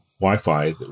wi-fi